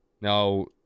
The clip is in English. Now